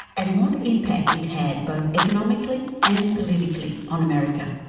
and what impact it had both economically and politically, on america.